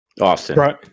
austin